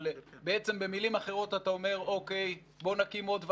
אבל במילים אחרות אתה אומר: בואו נקים עוד ועדה,